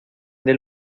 del